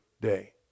day